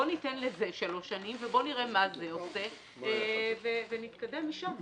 בוא ניתן לזה שלוש שנים ובוא נראה מה זה עושה ונתקדם משם.